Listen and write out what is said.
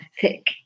thick